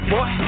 Boy